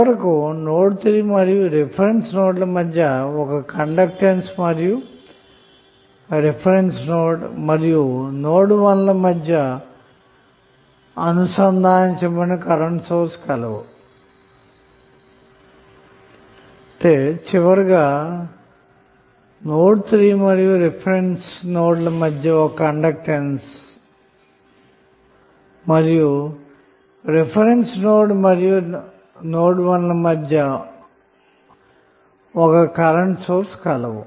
చివరగా నోడ్ 3 మరియు reference node ల మధ్య ఒక కండక్టెన్స్ అలాగే నోడ్ 1 రిఫరెన్స్ నోడ్ ల మధ్య అనుసంధానించబడిన కరెంటు సోర్స్ కలవు